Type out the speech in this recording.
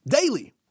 daily